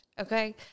okay